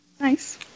Nice